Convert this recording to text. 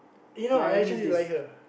you know I actually like her